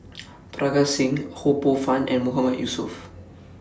Parga Singh Ho Poh Fun and Mahmood Yusof